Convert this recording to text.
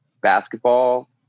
basketball